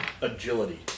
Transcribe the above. Agility